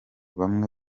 bamwe